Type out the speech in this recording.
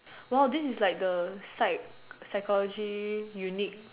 !wow! this is like the psych psychology unit